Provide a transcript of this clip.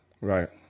Right